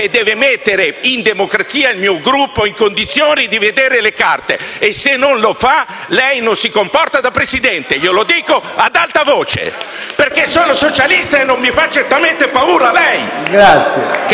lei deve mettere il mio Gruppo in condizione di vedere le carte. Se non lo fa, non si comporta da Presidente. Glielo dico ad alta voce, perché sono socialista e non mi fa certamente paura lei!